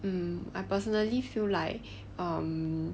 um I personally feel like um